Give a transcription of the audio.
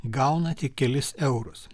gauna tik kelis eurus